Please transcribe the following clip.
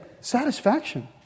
Satisfaction